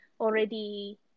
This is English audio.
Already